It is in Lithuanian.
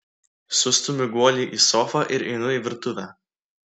sustumiu guolį į sofą ir einu į virtuvę